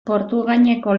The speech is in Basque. portugaineko